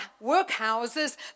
workhouses